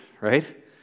right